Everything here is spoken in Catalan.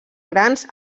grans